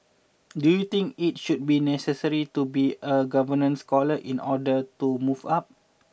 do you think it should be necessary to be a government scholar in order to move up